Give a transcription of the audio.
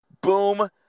Boom